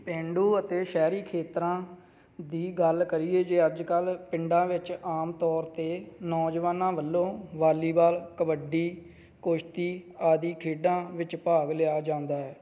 ਪੇਂਡੂ ਅਤੇ ਸ਼ਹਿਰੀ ਖੇਤਰਾਂ ਦੀ ਗੱਲ ਕਰੀਏ ਜੇ ਅੱਜ ਕੱਲ੍ਹ ਪਿੰਡਾਂ ਵਿੱਚ ਆਮ ਤੌਰ 'ਤੇ ਨੌਜਵਾਨਾਂ ਵੱਲੋਂ ਵਾਲੀਬਾਲ ਕਬੱਡੀ ਕੁਸ਼ਤੀ ਆਦਿ ਖੇਡਾਂ ਵਿੱਚ ਭਾਗ ਲਿਆ ਜਾਂਦਾ ਹੈ